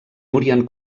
morien